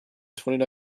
twenty